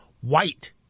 white